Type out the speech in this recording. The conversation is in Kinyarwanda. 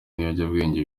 n’ibiyobyabwenge